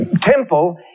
temple